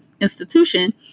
institution